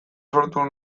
sortu